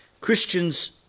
Christians